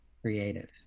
creative